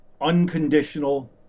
unconditional